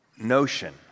notion